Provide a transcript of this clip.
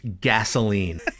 gasoline